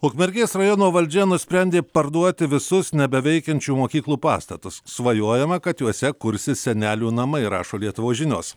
ukmergės rajono valdžia nusprendė parduoti visus nebeveikiančių mokyklų pastatus svajojama kad juose kursis senelių namai rašo lietuvos žinios